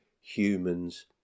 humans